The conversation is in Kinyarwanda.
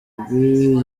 bw’iyo